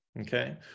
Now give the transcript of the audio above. okay